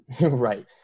Right